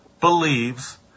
believes